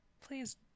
Please